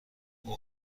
اون